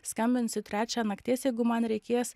skambinsiu trečią nakties jeigu man reikės